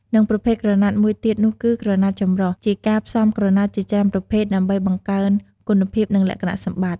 និងប្រភេទក្រណាត់មួយទៀតនោះគឺ ក្រណាត់ចំរុះ ជាការផ្សំក្រណាត់ជាច្រើនប្រភេទដើម្បីបង្កើនគុណភាព និងលក្ខណៈសម្បត្តិ។